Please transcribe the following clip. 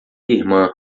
irmã